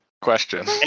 Question